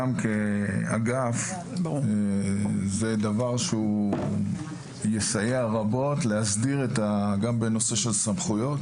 גם כאגף זה דבר שהוא יסייע רבות להסדיר גם בנושא של סמכויות,